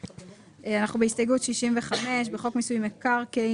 הסתייגות נכונה.